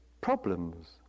problems